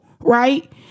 right